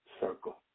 circle